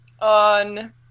on